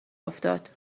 افتاد